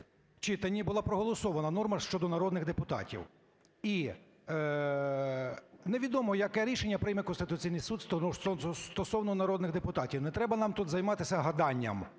читанні була проголосована норма щодо народних депутатів. І невідомо, яке рішення прийме Конституційний Суд стосовно народних депутатів. Не треба нам тут займатися гаданням: